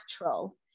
natural